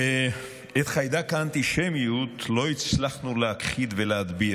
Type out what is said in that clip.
את חיידק האנטישמיות לא הצלחנו להכחיד ולהדביר.